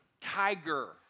Tiger